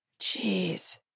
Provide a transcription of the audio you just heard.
Jeez